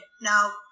Now